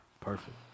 Perfect